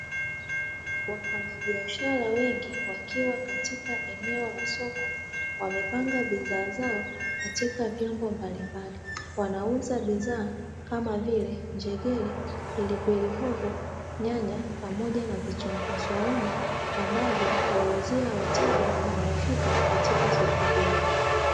Wafanyabiashara wengi wakiwa katika eneo la soko wamepanga bidhaa zao katika vyombo mbalimbali, wanauza bidhaa kama vile: njegere, pilipili hoho, nyanya pamoja na vitunguu swaumu; ambavyo huwauzia wateja wanaofika katika soko hilo.